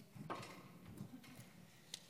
היא אומרת.